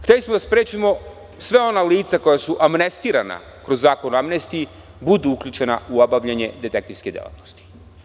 Hteli smo da sprečimo sva ona lica koja su amnestirana kroz Zakon o amnestiji budu uključena u obavljanju detektivske delatnosti.